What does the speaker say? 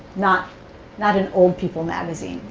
not not an old people magazine.